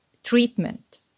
treatment